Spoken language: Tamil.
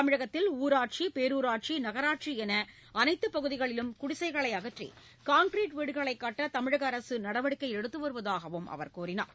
தமிழகத்தில் ஊராட்சி பேரூராட்சி நகராட்சி என அனைத்துப் பகுதிகளிலும் குடிசைகளை அகற்றி கான்கிரிட் வீடுகளை கட்ட தமிழக அரசு நடவடிக்கை எடுத்து வருவதாகவும் அவர் கூறினார்